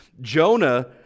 Jonah